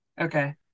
Okay